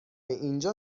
اینجا